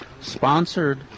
Sponsored